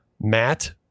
Matt